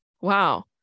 Wow